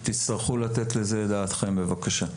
תצטרכו לתת לזה את דעתכם בבקשה.